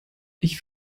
ich